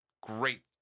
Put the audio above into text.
great